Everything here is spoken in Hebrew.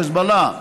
חיזבאללה,